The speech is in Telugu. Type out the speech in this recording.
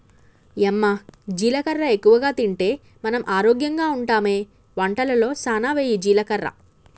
యమ్మ జీలకర్ర ఎక్కువగా తింటే మనం ఆరోగ్యంగా ఉంటామె వంటలలో సానా వెయ్యి జీలకర్ర